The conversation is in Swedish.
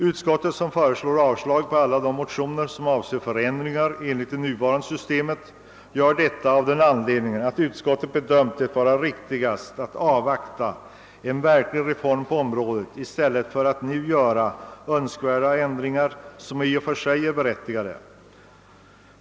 Utskottet som föreslår avslag på alla de motioner som avser förändringar i det nu gällande systemet gör detta av den anledningen, att utskotiet bedömt det vara riktigast att avvakta en verklig reform på området i stället för att nu göra ändringar som i och för sig kan vara berättigade.